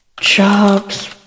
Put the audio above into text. Jobs